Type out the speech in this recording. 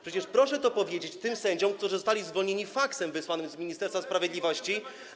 Proszę to powiedzieć tym sędziom, którzy zostali zwolnieni faksem wysłanym z Ministerstwa Sprawiedliwości.